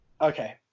Okay